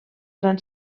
gran